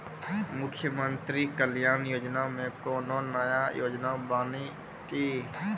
मुख्यमंत्री कल्याण योजना मे कोनो नया योजना बानी की?